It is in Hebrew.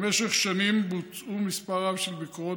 במשך שנים בוצע מספר רב של ביקורות